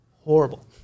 Horrible